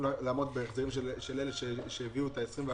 לעמוד בהחזרים של אלה שהביאו את ה-21 23?